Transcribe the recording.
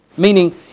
Meaning